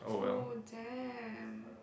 oh damn